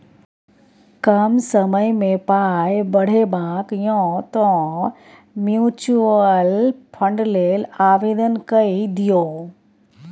कम समयमे पाय बढ़ेबाक यै तँ म्यूचुअल फंड लेल आवेदन कए दियौ